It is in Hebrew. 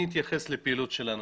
אני אתייחס לפעילות שלנו,